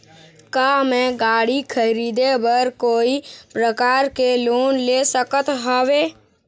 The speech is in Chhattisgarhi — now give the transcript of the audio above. का मैं गाड़ी खरीदे बर कोई प्रकार के लोन ले सकत हावे?